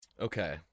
Okay